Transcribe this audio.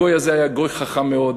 הגוי הזה היה גוי חכם מאוד,